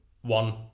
one